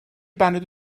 baned